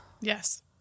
Yes